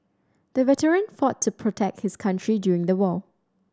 the veteran fought to protect his country during the war